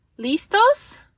¿Listos